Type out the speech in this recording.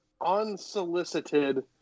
unsolicited